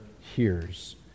hears